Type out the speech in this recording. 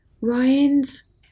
Ryan's